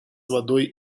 водой